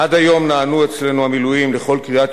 עד היום נענו אצלנו המילואים לכל קריאת